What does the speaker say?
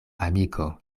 amiko